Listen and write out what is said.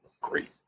great